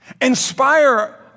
inspire